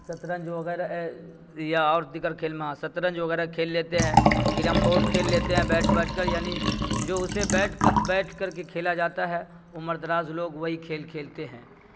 شطرنج وغیرہ یا اور دیگر کھیل میں شطرنج وغیرہ کھیل لیتے ہیں کیرم بورڈ کھیل لیتے ہیں بیٹھ بیٹھ کر یعنی جو اسے بیٹھ کر بیٹھ کر کے کھیلا جاتا ہے عمردراز لوگ وہی کھیل کھیلتے ہیں